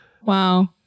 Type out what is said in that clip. Wow